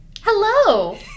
Hello